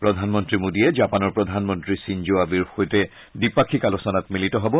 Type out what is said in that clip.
প্ৰধানমন্ত্ৰী মোডীয়ে জাপানৰ প্ৰধানমন্ত্ৰী চিনজো আবেৰ সৈতে দ্বিপাক্ষিক আলোচনাত মিলিত হব